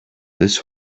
this